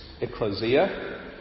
ecclesia